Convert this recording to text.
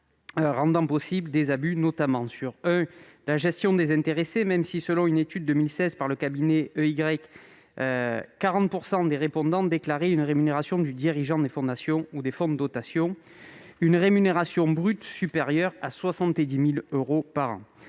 rendant possibles des abus, notamment sur la gestion des intéressés, même si, selon une étude 2016 par le cabinet EY, 40 % des répondants déclaraient une rémunération brute des dirigeants des fondations ou des fonds de dotation supérieure à 70 000 euros par an.